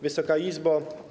Wysoka Izbo!